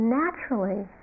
naturally